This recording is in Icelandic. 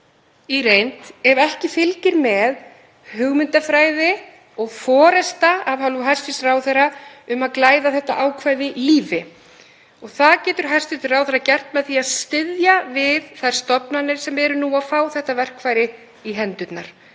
í reynd ef ekki fylgir með hugmyndafræði og forysta af hálfu hæstv. ráðherra um að glæða þetta ákvæði lífi. Það getur hæstv. ráðherra gert með því að styðja við þær stofnanir sem fá nú þetta verkfæri í hendurnar.